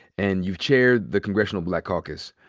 and you've chaired the congressional black caucus.